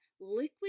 liquid